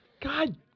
God